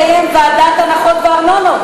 אבל בשנה שעברה היה מאבק קשה ומר כדי לקבל הנחות לנכים.